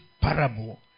parable